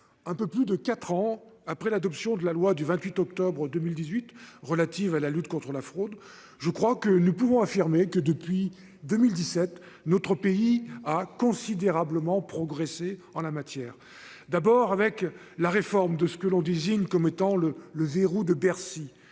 un peu plus de 4 ans après l'adoption de la loi du 28 octobre 2018, relative à la lutte contre la fraude. Je crois que nous pouvons affirmer que depuis 2017, notre pays a considérablement progressé en la matière. D'abord avec la réforme de ce que l'on désigne comme étant le le verrou de Bercy